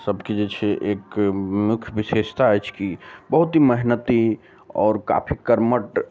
सबके जे छै एक मुख्य बिशेषता अछि कि बहुत ही मेहनती आओर काफी कर्मठ